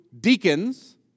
deacons